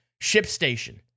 ShipStation